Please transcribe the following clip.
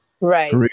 Right